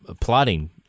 plotting